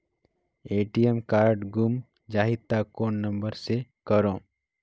ATM card गुम जाही त कौन नम्बर मे करव?